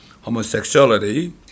homosexuality